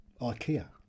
IKEA